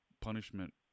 punishment